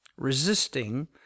resisting